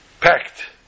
pact